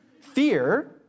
Fear